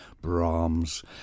Brahms